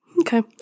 Okay